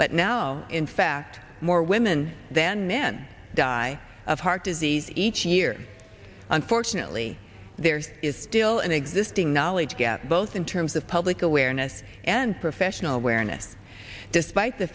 but now in fact more women than men die of heart disease each year unfortunately there is still an existing knowledge gap both in terms of public awareness and professional awareness despite the